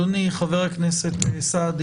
חבר הכנסת סעדי,